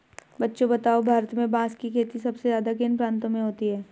बच्चों बताओ भारत में बांस की खेती सबसे ज्यादा किन प्रांतों में होती है?